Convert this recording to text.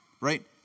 right